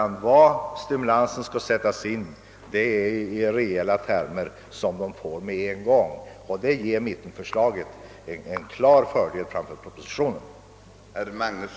Nej, stimulansen skall sätta in med just sådana fördelar som företagarna får genast, och där är mittenpartiernas förslag klart fördelaktigare än propositionens.